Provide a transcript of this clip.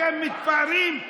אתם מתפארים: